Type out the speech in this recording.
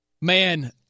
Man